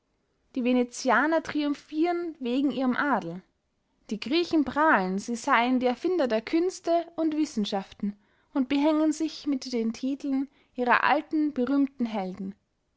die venetianer triumphieren wegen ihrem adel die griechen prahlen sie seyen die erfinder der künste und wissenschaften und behängen sich mit den titeln ihrer alten berühmten helden